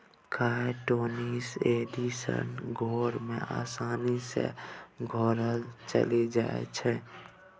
chitosan acidic घोर मे आसानी सँ घोराएल चलि जाइ छै